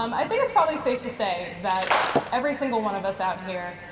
um i think it's probably safe to say that every single one of us out here,